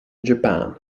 japan